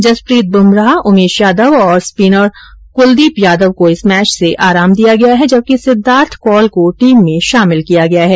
जसप्रीत बुमराह उमेश यादव और स्पिनर कुलदीप यादव को इस मैच से आराम दिया गया है जबकि सिद्दार्थ कौल को टीम में शामिल किया गया है